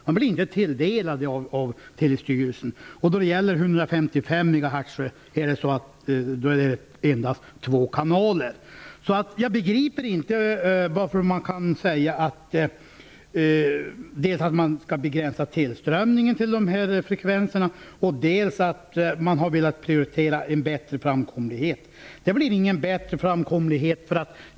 Man blir inte tilldelad av Post och telestyrelsen. Då det gäller frekvensen 155 MHz finns det endast två kanaler. Jag begriper inte hur man kan säga att tillströmningen till dessa frekvenser skall begränsas och att man har velat prioritera en bättre framkomlighet. Det blir ingen bättre framkomlighet.